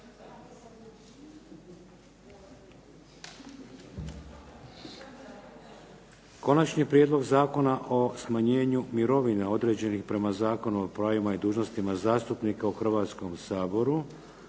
Konačni prijedlog zakona o smanjenju mirovina određenih prema Zakonu o pravima i dužnostima zastupnika u Hrvatskom saboru,